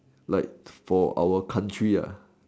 like for our country ya